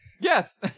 Yes